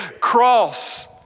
cross